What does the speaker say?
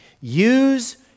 Use